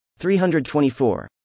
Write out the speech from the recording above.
324